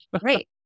Great